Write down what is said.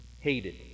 hated